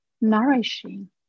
nourishing